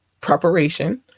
preparation